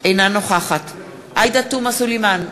אינה נוכחת עאידה תומא סלימאן,